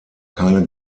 keine